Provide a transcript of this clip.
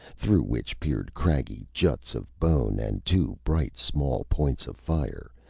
through which peered craggy juts of bone and two bright, small points of fire,